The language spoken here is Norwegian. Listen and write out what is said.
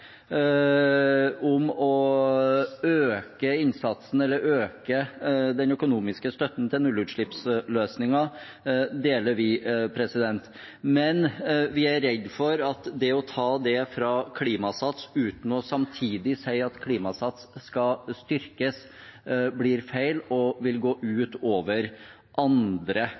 øke den økonomiske støtten til nullutslippsløsninger, deler vi, men vi er redd for at det å ta det fra Klimasats uten samtidig å si at Klimasats skal styrkes, blir feil og vil gå ut over andre